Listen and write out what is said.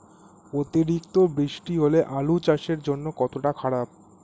অতিরিক্ত বৃষ্টি হলে আলু চাষের জন্য কতটা খারাপ?